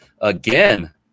again